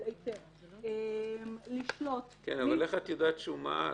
היתר לשלוט --- איך את יודעת שהוא מעל?